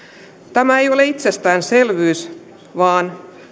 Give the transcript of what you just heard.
tämä ei ole itsestäänselvyys vaan